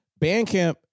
Bandcamp